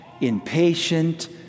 impatient